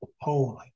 holy